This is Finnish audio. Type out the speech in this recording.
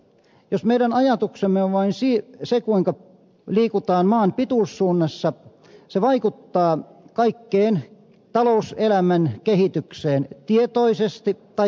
jos me ajattelemme vain sitä kuinka liikutaan maan pituussuunnassa se vaikuttaa kaikkeen talouselämän kehitykseen tietoisesti tai tiedostamatta